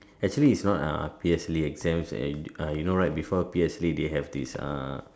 actually its not ah P_S_L_E exam and you know right before P_S_L_E they have this uh